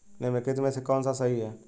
निम्नलिखित में से कौन सा सही है?